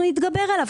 אנחנו נתגבר עליו.